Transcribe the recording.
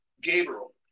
Gabriel